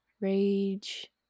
rage